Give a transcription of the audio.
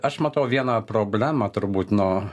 aš matau vieną problemą turbūt no